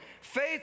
Faith